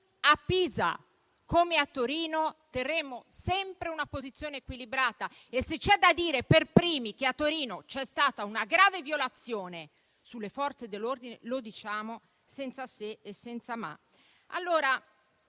a Pisa come a Torino, terremo sempre una posizione equilibrata e, se c'è da dire per primi che a Torino c'è stata una grave violazione sulle Forze dell'ordine, lo diciamo senza "se" e senza "ma".